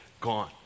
gone